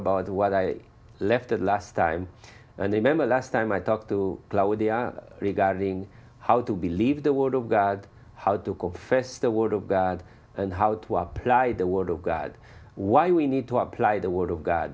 about what i left the last time and a member last time i talked to lower the regarding how to believe the word of god how to confess the word of god and how to apply the word of god why we need to apply the word of god